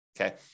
okay